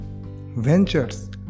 ventures